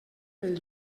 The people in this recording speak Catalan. pel